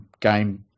game